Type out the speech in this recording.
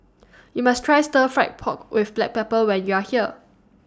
YOU must Try Stir Fried Pork with Black Pepper when YOU Are here